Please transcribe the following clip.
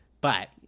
But-